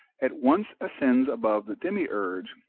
at once ascends above the demiurge,